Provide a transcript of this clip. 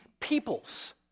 peoples